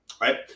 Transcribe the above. right